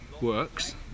works